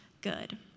good